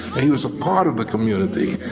he was a part of the community.